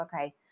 okay